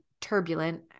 turbulent